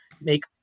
make